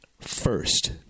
first